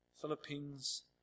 Philippines